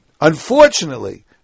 unfortunately